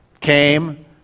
came